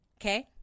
okay